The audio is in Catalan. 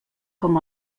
com